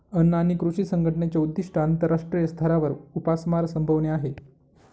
अन्न आणि कृषी संघटनेचे उद्दिष्ट आंतरराष्ट्रीय स्तरावर उपासमार संपवणे आहे